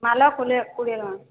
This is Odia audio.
ମାଲ କୋଡ଼ିଏ ଟଙ୍କା